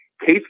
Case